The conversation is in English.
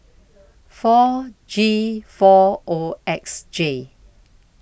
four G four O X J